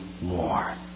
more